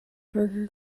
berger